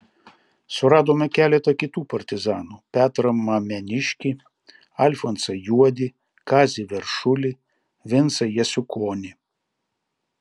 suradome keletą kitų partizanų petrą mameniškį alfonsą juodį kazį veršulį vincą jasiukonį